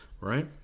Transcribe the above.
right